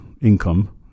income